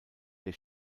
der